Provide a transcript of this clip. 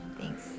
thanks